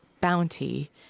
bounty